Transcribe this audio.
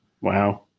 Wow